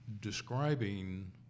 describing